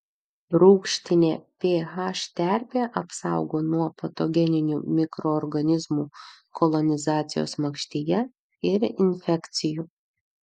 rūgštinė ph terpė apsaugo nuo patogeninių mikroorganizmų kolonizacijos makštyje ir infekcijų